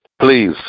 Please